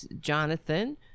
jonathan